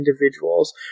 individuals